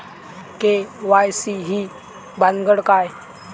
KYC ही भानगड काय?